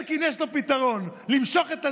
אלקין, יש לו פתרון: למשוך את הדיון.